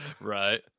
right